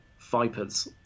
vipers